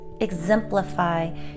exemplify